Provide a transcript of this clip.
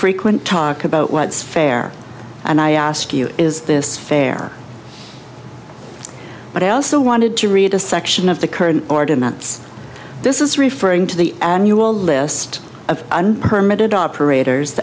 frequent talk about what's fair and i asked you is this fair but i also wanted to read a section of the current order months this is referring to the annual list of permit operators